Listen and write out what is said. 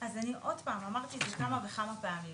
אז עוד פעם, אמרתי את זה כמה וכמה פעמים